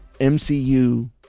mcu